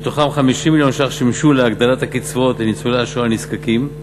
מתוכם 50 מיליון ש"ח שימשו להגדלת הקצבאות לניצולי השואה הנזקקים,